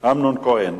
אמנון כהן: